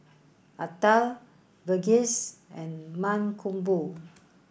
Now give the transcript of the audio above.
Atal Verghese and Mankombu